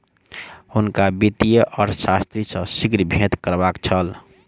हुनका वित्तीय अर्थशास्त्री सॅ शीघ्र भेंट करबाक छल